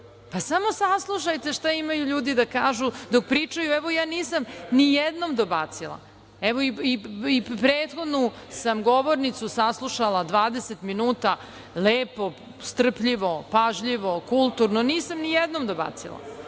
Samo saslušajte šta imaju ljudi da kažu dok pričaju. Ja nisam ni jednom dobacila i prethodnu sam govornicu saslušala dvadeset minuta lepo, strpljivo, pažljivo, kulturno. Nisam ni jednom dobacila. Znači,